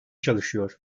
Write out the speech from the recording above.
çalışıyor